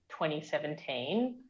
2017